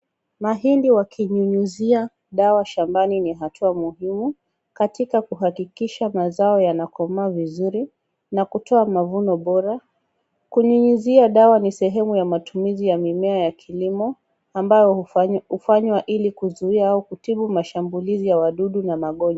Mahindi wakinyunyizia dawa shambani ni hatua muhimu katika kuhakikisha mazao yanakomaa vizuri na kutoa mavuno bora, kunyunyizia dawa ni sehemu ya matumizi ya mimea ya kilimo ambao hufanywa ili kuzuia au kutibu mashambulizi ya wadudu na magonjwa.